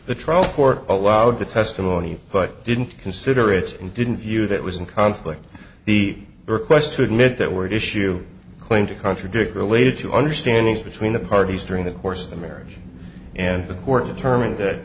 court allowed the testimony but didn't consider it and didn't view that was in conflict the request to admit that word issue claim to contradict related to understanding between the parties during the course of the marriage and the court determined that